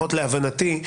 לפחות להבנתי,